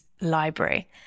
library